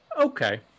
okay